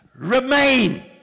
Remain